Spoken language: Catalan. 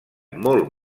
molt